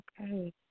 Okay